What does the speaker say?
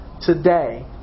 today